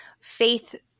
faith